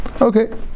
Okay